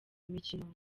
imikino